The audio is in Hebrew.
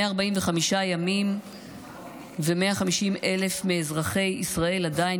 145 ימים ו-150,000 מאזרחי ישראל עדיין